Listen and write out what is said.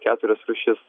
keturias rūšis